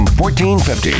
1450